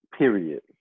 period